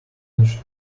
manage